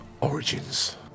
Origins